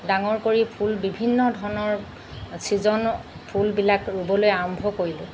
ডাঙৰ কৰি ফুল বিভিন্ন ধৰণৰ ছিজন ফুলবিলাক ৰুবলৈ আৰম্ভ কৰিলোঁ